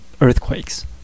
earthquakes